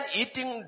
eating